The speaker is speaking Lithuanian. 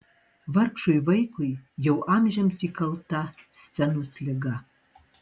vargšui vaikui jau amžiams įkalta scenos liga